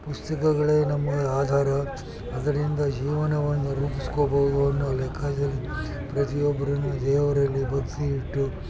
ಪುಸ್ತಕಗಳೇ ನಮ್ಮ ಆಧಾರ ಅದರಿಂದ ಜೀವನವನ್ನು ರೂಪಿಸ್ಕೊಳ್ಬೋದು ಅನ್ನೋ ಲೆಕ್ಕದಲ್ಲಿ ಪ್ರತಿಯೊಬ್ಬರನ್ನೂ ದೇವರಲ್ಲಿ ಭಕ್ತಿ ಇಟ್ಟು